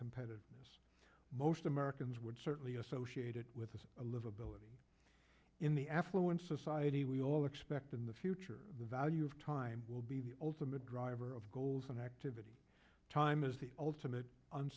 competitiveness most americans would certainly associated with us a live ability in the affluent society we all expect in the future the value of time will be the ultimate driver of goals and activity time is the ultimate